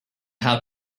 how